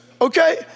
okay